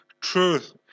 truth